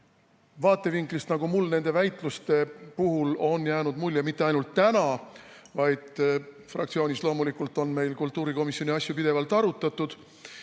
vaatevinklist, nagu mul nende väitluste puhul on jäänud mulje mitte ainult täna, vaid ka fraktsioonis. Loomulikult on meil kultuurikomisjoni asju pidevalt arutatud.